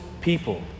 people